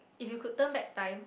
if you could turn back time